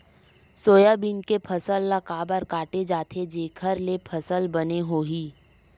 Soybean के फसल ल काबर काटे जाथे जेखर ले फसल बने होही?